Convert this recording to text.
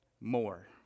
More